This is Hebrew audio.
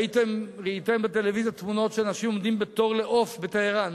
ראיתם בטלוויזיה תמונות של אנשים שעומדים בתור לעוף בטהרן.